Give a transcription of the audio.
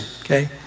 okay